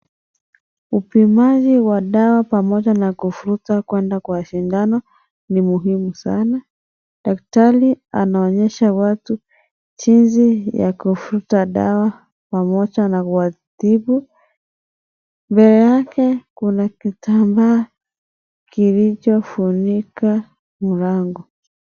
Upimaji wa dawa pamoja na kuvuruta kwenda kwa shindano ni muhimu sana. Daktari anaonyesha watu jinsi ya kuvuruta dawa pamoja na kuwatibu. Mbele yake kuna kitambaa kilichofunika mlango.